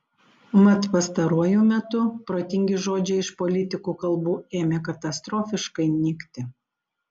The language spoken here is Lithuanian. mat pastaruoju metu protingi žodžiai iš politikų kalbų ėmė katastrofiškai nykti